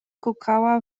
kukała